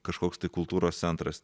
kažkoks kultūros centras